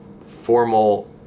formal